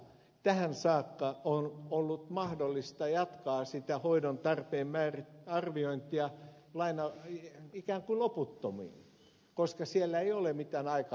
tähän saakka on ollut mahdollista jatkaa hoidon tarpeen arviointia ikään kuin loputtomiin koska siellä ei ole ollut mitään aikarajaa